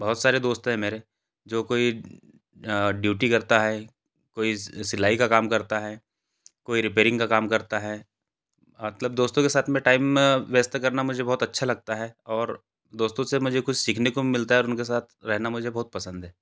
बहुत सारे दोस्त है मेरे जो काेई ड्यूटी करता है कोई सिलाई का काम करता है कोई रिपेरिंग का काम करता है मतलब दोस्तों के साथ में टाइम व्यस्त करना मुझे बहुत अच्छा लगता है और दोस्तों से मुझे कुछ सीखने को भी मिलता है और उनके साथ रहना मुझे बहुत पसंद है